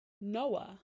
Noah